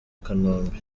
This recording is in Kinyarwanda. kanombe